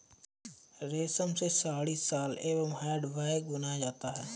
रेश्म से साड़ी, शॉल एंव हैंड बैग बनाया जाता है